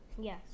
Yes